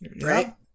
right